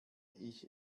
ich